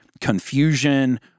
confusion